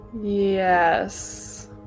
Yes